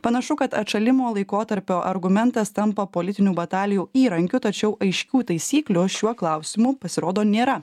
panašu kad atšalimo laikotarpio argumentas tampa politinių batalijų įrankiu tačiau aiškių taisyklių šiuo klausimu pasirodo nėra